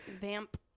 vamp